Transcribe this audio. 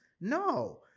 No